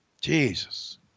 Jesus